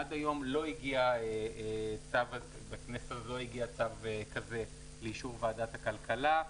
עד היום בכנסת הזאת לא הגיע צו כזה לאישור ועדת הכלכלה.